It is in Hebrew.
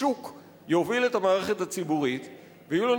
השוק יוביל את המערכת הציבורית ויהיו לנו